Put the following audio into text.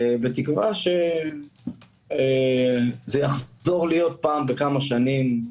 בתקווה שמערכות הבחירות יחזרו להיות פעם בכמה שנים,